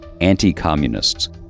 anti-communists